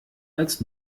als